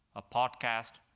a podcast,